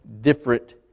different